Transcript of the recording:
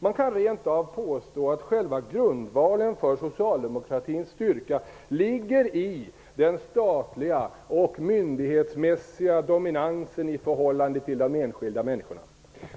Man kan rent av påstå att själva grundvalen för socialdemokratins styrka ligger i den statliga och myndighetsmässiga dominansen i förhållande till enskilda människor.